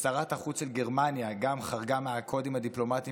שרת החוץ של גרמניה גם חרגה מהקודים הדיפלומטיים